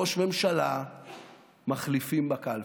ראש ממשלה מחליפים בקלפי.